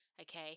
Okay